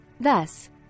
Thus